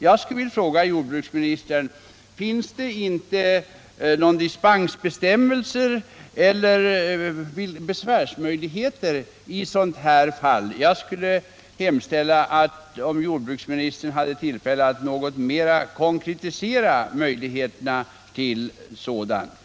Jag skulle vilja fråga jordbruksministern om det för sådana fall inte finns några dispensbestämmelser eller besvärsmöjligheter. Jag hemställer till jordbruksministern att mera konkret ange vilka sådana möjligheter det finns.